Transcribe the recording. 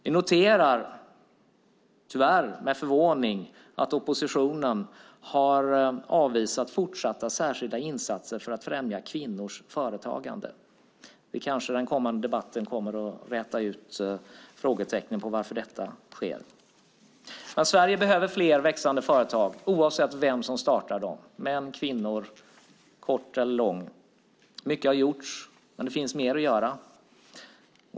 Vi noterar tyvärr med förvåning att oppositionen har avvisat fortsatta särskilda insatser för att främja kvinnors företagande. Den kommande debatten kanske kommer att räta ut frågetecknen kring varför detta sker. Sverige behöver fler växande företag oavsett vem som startar dem - man eller kvinna, kort eller lång. Mycket har gjorts, men det finns mer att göra.